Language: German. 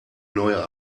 neue